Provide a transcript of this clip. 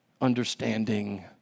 understanding